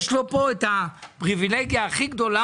יש לו פה את הפריבילגיה הכי גדולה,